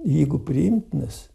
jeigu priimtinas